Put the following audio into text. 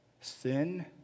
Sin